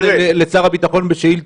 אני גם פניתי בנושא הזה לשר הביטחון בשאילתות.